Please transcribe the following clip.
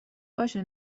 باشه